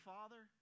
Father